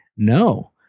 No